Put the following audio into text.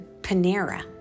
Panera